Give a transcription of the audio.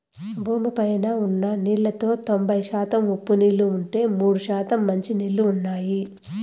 భూమి పైన ఉన్న నీళ్ళలో తొంబై శాతం ఉప్పు నీళ్ళు ఉంటే, మూడు శాతం మంచి నీళ్ళు ఉన్నాయి